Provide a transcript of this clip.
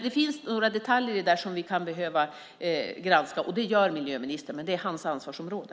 Det finns några detaljer som vi kan behöva granska. Det gör miljöministern; det är hans ansvarsområde.